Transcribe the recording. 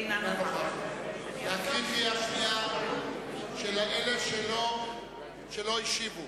אינה נוכחת נקריא קריאה שנייה של שמות אלה שלא השיבו.